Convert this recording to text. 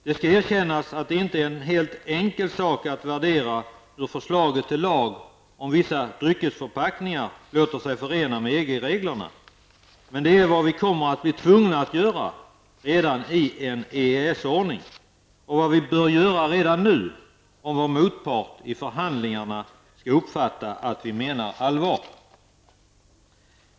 Det skall erkännas att det inte är en helt enkel sak att värdera hur förslaget till lag om vissa dryckesförpackningar låter sig förenas med EG-reglerna. Men det är vad vi kommer att bli tvungna att klara av redan i en EES-ordning, och vad vi bör göra redan nu om vår motpart i förhandlingarna skall uppfatta att vi menar allvar.